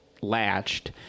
latched